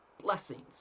blessings